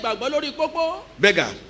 beggar